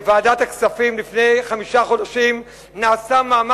לפני חמישה חודשים נעשה בוועדת הכספים